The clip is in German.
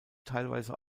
teilweise